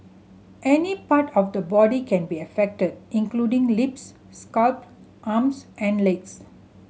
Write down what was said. any part of the body can be affected including lips scalp arms and legs